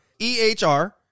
EHR